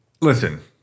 Listen